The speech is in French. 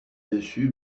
dessus